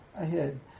ahead